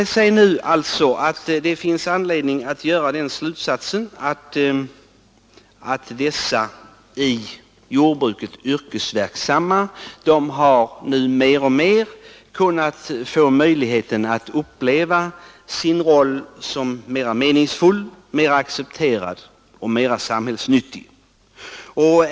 Det finns anledning att dra slutsatsen att de i jordbruket yrkesverksamma nu i högre grad än tidigare fått möjligheten att uppleva sin roll som mer meningsfull, mer accepterad och mer samhällsnyttig.